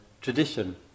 tradition